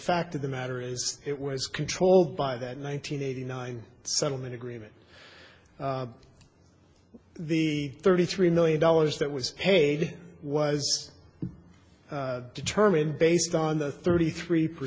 fact of the matter is it was controlled by that one nine hundred eighty nine settlement agreement the thirty three million dollars that was paid was determined based on the thirty three per